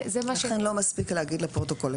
לכן לא מספיק להגיד לפרוטוקול.